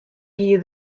gie